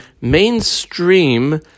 mainstream